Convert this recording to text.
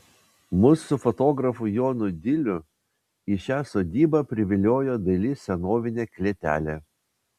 mus su fotografu jonu diliu į šią sodybą priviliojo daili senovinė klėtelė